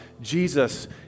Jesus